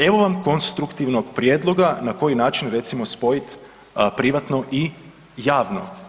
Evo vam konstruktivnog prijedloga, na koji način recimo spojiti privatno i javno.